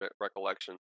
recollection